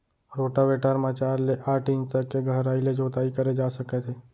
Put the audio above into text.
rotavator म चार ले आठ इंच तक के गहराई ले जोताई करे जा सकत हे